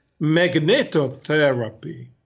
magnetotherapy